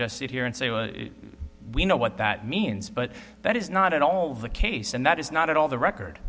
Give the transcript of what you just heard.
just sit here and say well we know what that means but that is not at all the case and that is not at all the record